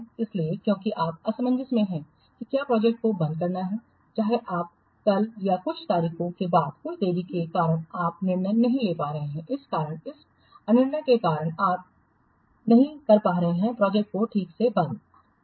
इसलिए क्योंकि आप असमंजस में हैं कि क्या प्रोजेक्ट को बंद करना है चाहे आज या कल या कुछ तारीखों के बाद इस देरी के कारण आप निर्णय नहीं ले पा रहे हैं इस कारण इस अनिर्णय के कारण आप नहीं हैं प्रोजेक्ट को ठीक से बंद करने में सक्षम